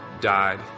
died